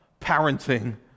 parenting